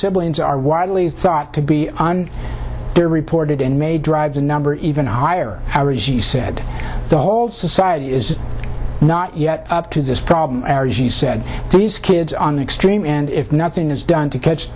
siblings are widely thought to be on their reported in may drive the number even higher however as you said the whole society is not yet up to this problem he said these kids on extreme and if nothing is done to catch